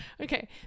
Okay